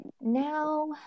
now